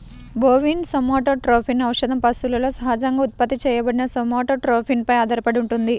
bovine somatotropin ఔషధం పశువులలో సహజంగా ఉత్పత్తి చేయబడిన సోమాటోట్రోపిన్ పై ఆధారపడి ఉంటుంది